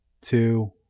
two